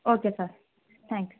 okay sir thanks